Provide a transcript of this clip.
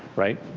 right?